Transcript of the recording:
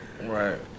Right